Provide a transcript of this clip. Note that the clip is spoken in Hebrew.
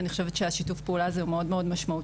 אני חושבת שהשיתוף פעולה הזה הוא מאוד מאוד משמעותי.